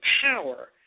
power